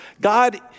God